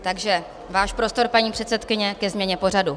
Takže váš prostor, paní předsedkyně, ke změně pořadu.